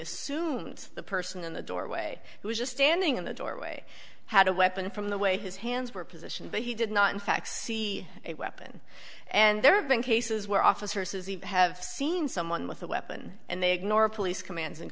assumed the person in the doorway who was just standing in the doorway had a weapon from the way his hands were positioned but he did not in fact see a weapon and there have been cases where officer says he have seen someone with a weapon and they ignore police commands and